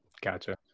gotcha